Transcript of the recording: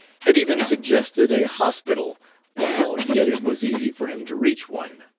had even suggested a hospital while yet it was easy for him to reach one.